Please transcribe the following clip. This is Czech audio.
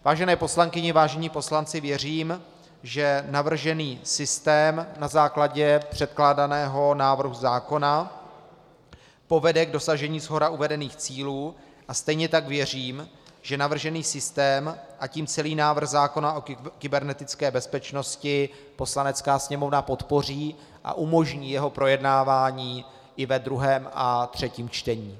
Vážené poslankyně, vážení poslanci, věřím, že navržený systém na základě předkládaného návrhu zákona povede k dosažení shora uvedených cílů, a stejně tak věřím, že navržený systém, a tím celý návrh zákona o kybernetické bezpečnosti Poslanecká sněmovna podpoří a umožní jeho projednávání i ve druhém a třetím čtení.